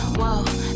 whoa